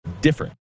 different